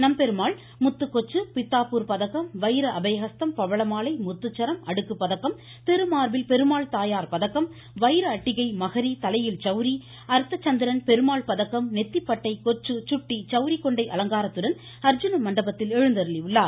நம்பெருமாள் முத்துகொச்சு பித்தாபூர் பதக்கம் வைர அபய ஹஸ்தம் பவள மாலை முத்துச்சரம் அடுக்கு பதக்கம் திருமார்பில் பெருமாள் தாயார் பதக்கம் வைர அட்டிகை மஹரி தலையில் சௌரி அர்த்ர சந்திரன் பெருமாள் பதக்கம் நெத்திப்பட்டை கொச்சு சுட்டி சௌரி கொண்டை அலங்காரத்துடன் அர்ஜுன மண்டபத்தில் எழுந்தருளியுள்ளார்